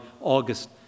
August